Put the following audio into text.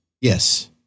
Yes